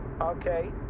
Okay